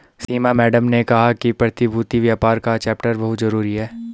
सीमा madam ने कहा कि प्रतिभूति व्यापार का चैप्टर बहुत जरूरी है